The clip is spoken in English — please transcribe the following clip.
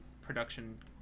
production